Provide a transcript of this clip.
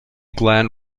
glen